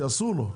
כי אסור לו.